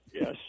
Yes